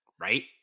Right